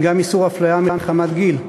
גם איסור אפליה מחמת גיל,